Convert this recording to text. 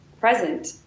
present